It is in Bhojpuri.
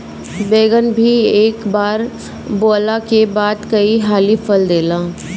बैगन भी एक बार बोअला के बाद कई हाली फल देला